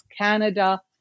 Canada